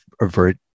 avert